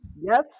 Yes